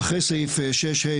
אחרי סעיף 6ה,